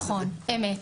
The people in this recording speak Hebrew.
נכון, אמת.